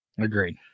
Agreed